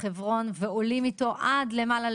הר חברון ועולים איתו עד למעלה,